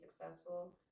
successful